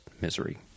misery